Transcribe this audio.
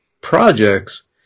projects